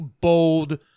bold